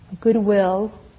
goodwill